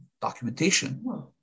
documentation